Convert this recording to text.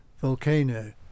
volcano